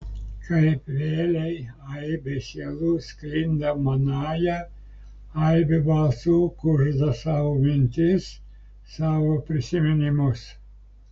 kaip vėlei aibė sielų sklinda manąja aibė balsų kužda savo mintis savo prisiminimus